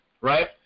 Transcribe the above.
right